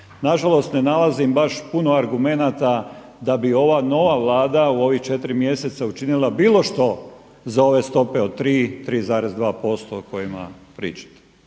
Nažalost, ne nalazim baš puno argumenata da bi ova nova Vlada u ova četiri mjeseca učinila bilo što za ove stope od 3, 3,2% o kojima pričate.